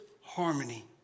harmony